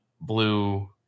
blue